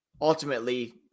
ultimately